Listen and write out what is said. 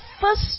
first